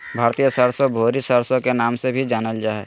भारतीय सरसो, भूरी सरसो के नाम से भी जानल जा हय